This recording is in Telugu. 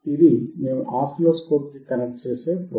ఇది మేము ఆసిలోస్కోప్ కి కనెక్ట్ చేసే ప్రోబ్